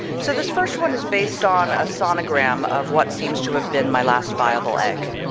so this first one is based on a sonogram of what seems to have been my last viable egg.